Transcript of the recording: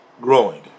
growing